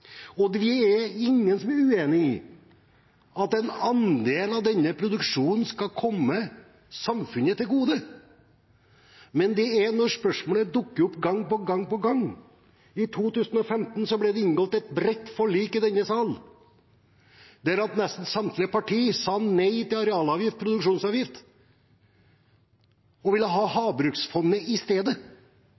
Det er ingen som er uenig i at en andel av denne produksjonen skal komme samfunnet til gode, men spørsmålet dukker opp gang på gang. I 2015 ble det inngått et bredt forlik i denne salen, der nesten samtlige partier sa nei til arealavgift/produksjonsavgift og ville ha Havbruksfondet i stedet.